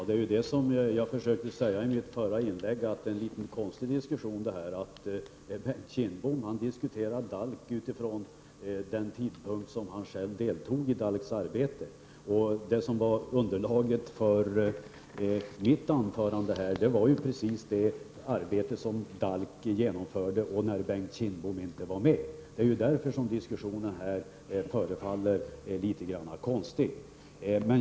Herr talman! Jag försökte säga i mitt förra inlägg att denna diskussion är litet konstig. Bengt Kindbom diskuterar DALK med utgångspunkt i den tidpunkt då han själv deltog i DALK:s arbete. Underlaget för mitt anförande var det arbete som DALK genomförde när Bengt Kindbom inte var med. Det är därför diskussionen förefaller litet konstig.